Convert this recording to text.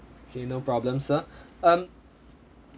okay no problem sir um